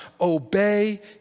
Obey